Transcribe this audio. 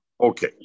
Okay